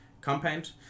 compound